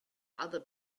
other